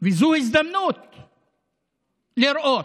וזאת הזדמנות לראות.